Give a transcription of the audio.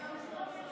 תן לנו,